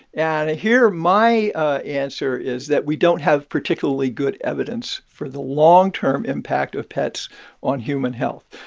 and here my ah answer is that we don't have particularly good evidence for the long-term impact of pets on human health.